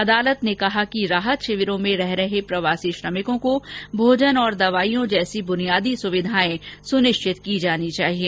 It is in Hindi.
अदालत ने कहा कि राहत शिविरों में रह रहे प्रवासी श्रमिकों को भोजन और दवाइयों जैसी बुनियादी सुविधाए सुनिश्चित की जानी चाहिए